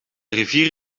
rivier